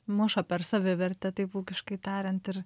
muša per savivertę taip ūkiškai tariant ir